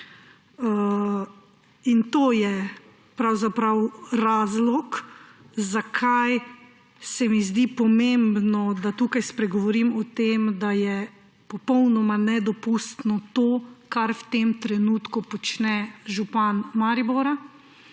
In to je pravzaprav razlog, zakaj se mi zdi pomembno, da tukaj spregovorim o tem, da je popolnoma nedopustno to, kar v tem trenutku počne župan Maribora,